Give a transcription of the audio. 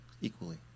equally